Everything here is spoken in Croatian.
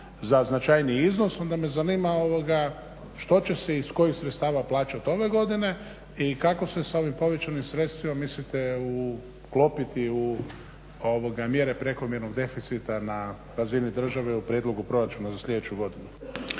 za značajniji iznos onda me zanima što će se iz kojih sredstava plaćati ove godine i kako se s ovim povećanim sredstvima mislite uklopiti u mjere prekomjernog deficita na razini države u prijedlogu proračuna za sljedeću godinu?